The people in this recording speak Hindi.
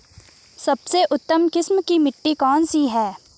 सबसे उत्तम किस्म की मिट्टी कौन सी है?